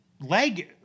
leg